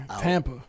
Tampa